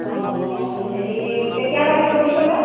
অঁ হেৰি কেতিয়া লাগিব বুলি ক'লে